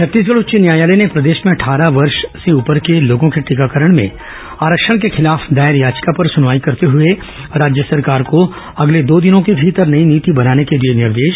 छत्तीसगढ़ उच्च न्यायालय ने प्रदेश में अट्ठारह वर्ष से ऊपर के लोगों के टीकाकरण में आरक्षण के खिलाफ दायर याचिका पर सुनवाई करते हुए राज्य सरकार को अगले दो दिनों के भीतर नई नीति बनाने के दिए निर्देश